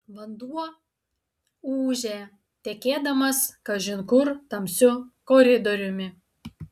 vanduo ūžė tekėdamas kažin kur tamsiu koridoriumi